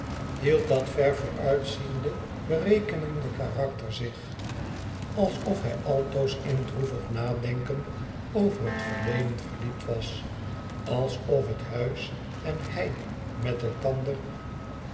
hield dat ver vooruitziende berekenende karakter zich alsof hij altoos in droevig nadenken over het verleden verdiept was alsof het huis en hij met elkander